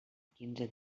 quinze